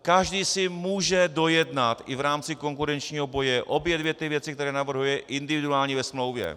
Každý si může dojednat i v rámci konkurenčního boje obě dvě věci, které navrhuje, individuální ve smlouvě.